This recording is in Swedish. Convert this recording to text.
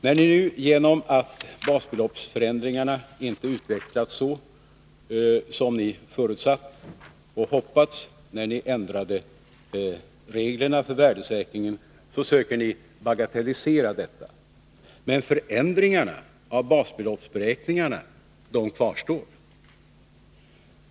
När basbeloppsförändringarna nu inte utvecklats så som ni förutsatte och hoppades då ni ändrade reglerna för värdesäkringen, försöker ni bagatellisera detta. Men förändringarna av basbeloppsberäkningarna kvarstår.